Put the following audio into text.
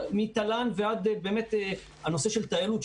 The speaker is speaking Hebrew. מתל"ן ועד הנושא של טיילות,